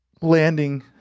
landing